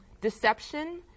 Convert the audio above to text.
deception